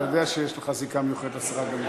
אני יודע שיש לך זיקה מיוחדת לשרה גמליאל.